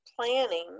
planning